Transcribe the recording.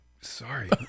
Sorry